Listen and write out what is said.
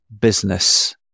business